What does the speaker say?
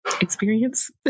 experience